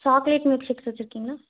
chocolate milk shakes வச்சுருக்கீங்களா